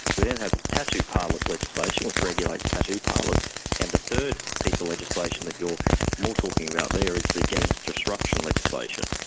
we then have the tattoo parlours legislation which regulates tattoo parlours and the third piece of legislation that you're more talking about there is the gangs disruption legislation,